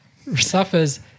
Suffers